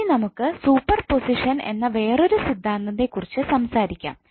ഇനി നമുക്ക് സൂപ്പർപൊസിഷൻ എന്ന വേറൊരു സിദ്ധാന്തത്തെക്കുറിച്ച് സംസാരിക്കാം